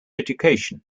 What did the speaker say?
education